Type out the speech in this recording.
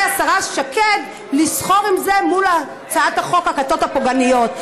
השרה שקד לסחור עם זה מול הצעת חוק הכיתות הפוגעניות,